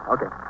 Okay